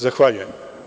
Zahvaljujem.